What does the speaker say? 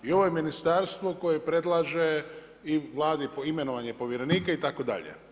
I ovo je ministarstvo koje predlaže i Vladi imenovanje povjerenika itd.